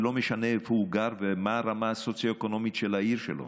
ולא משנה איפה הוא גר ומה הרמה הסוציו-אקונומית של העיר שלו